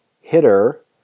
hitter